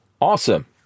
Awesome